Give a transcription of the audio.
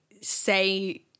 say